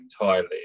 entirely